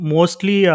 Mostly